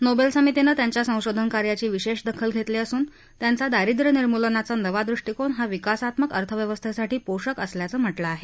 Nobel समितीनं त्यांच्या संशोधन कार्याची विशेष दखल घेतली असून त्यांचा दारिद्रय निर्मूलनाचा नवा दृष्टिकोन हा विकासात्मक अर्थव्यवस्थेसाठी पोषक असल्याचं म्हटलं आहे